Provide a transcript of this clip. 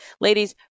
ladies